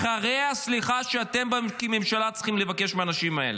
אחרי הסליחה שאתם כממשלה צריכים לבקש מהאנשים האלה.